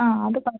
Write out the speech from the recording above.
ആ അത് പറ